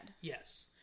Yes